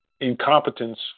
incompetence